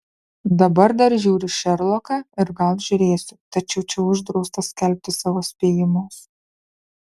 dabar dar žiūriu šerloką ir gal žiūrėsiu tačiau čia uždrausta skelbti savo spėjimus